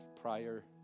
prior